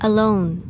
Alone